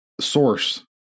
source